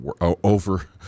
over